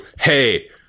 hey